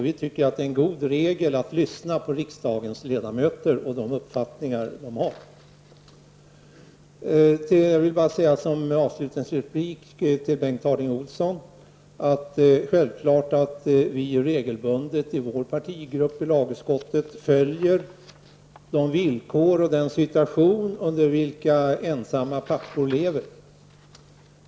Vi tycker att det är en god regel att lyssna på riksdagens ledamöter och ta del av de uppfattningar de för fram. Som avslutningsreplik till Bengt Harding Olson vill jag säga att det är självklart för oss i vår partigrupp i lagutskottet att följa den situation under vilken ensamma pappor lever.